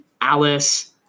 Alice